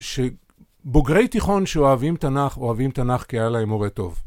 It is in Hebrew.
שבוגרי תיכון שאוהבים תנ״ך, אוהבים תנ״ך כי היה להם מורה טוב.